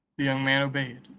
the young man obeyed,